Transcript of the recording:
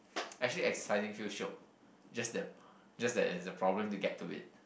actually exciting feel shiok just that just that it's a problem to get to it